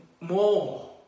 more